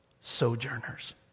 sojourners